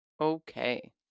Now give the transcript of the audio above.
Okay